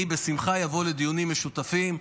אני בשמחה אבוא לדיונים משותפים,